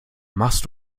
machst